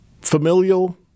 Familial